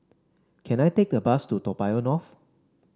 can I take a bus to Toa Payoh North